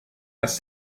das